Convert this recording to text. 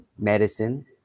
medicine